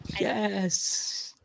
Yes